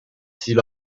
s’il